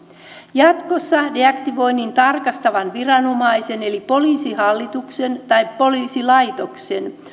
jatkossa deaktivoinnin tarkastavan viranomaisen eli poliisihallituksen tai poliisilaitoksen